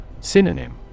Synonym